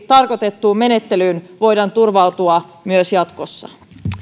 tarkoitettuun menettelyyn voidaan turvautua myös jatkossa